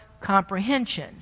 comprehension